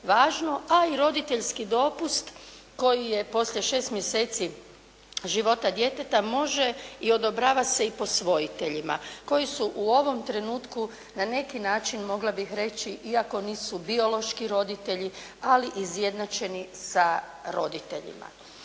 A i roditeljski dopust koji je poslije 6 mjeseci života djeteta može i odobrava se i posvojiteljima koji su u ovom trenutku na neki način mogla bih reći iako nisu biološki roditelji ali izjednačeni sa roditeljima.